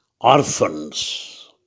orphans